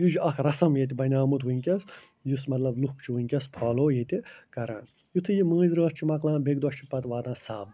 یہِ چھِ اَکھ رَسَم ییٚتہِ بنیومُت وٕنۍکٮ۪س یُس مطلب لُکھ چھِ وٕنۍکٮ۪س فالَو ییٚتہِ کران یُتھٕے یہِ مٲنٛزِ رٲت چھِ مۄکلان بیٚکہِ دۄہ چھِ پتہٕ واتان سَب